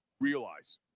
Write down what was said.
Realize